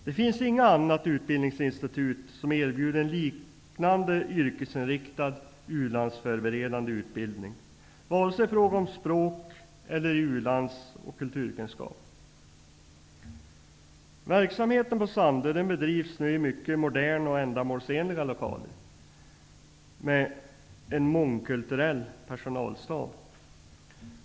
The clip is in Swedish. Det finns inget annat utbildningsinstitut som erbjuder en liknande yrkesinriktad ulandsförberedande utbildning, vare sig i fråga om språk eller u-lands och kulturkunskap. Verksamheten på Sandö bedrivs i mycket moderna och ändamålsenliga lokaler med en mångkulturell personalstab.